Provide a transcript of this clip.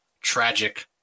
tragic